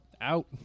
out